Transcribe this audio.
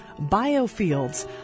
biofields